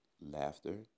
laughter